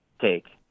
take